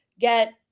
get